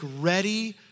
ready